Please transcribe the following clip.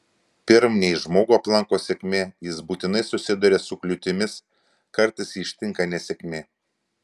pirm nei žmogų aplanko sėkmė jis būtinai susiduria su kliūtimis kartais jį ištinka nesėkmė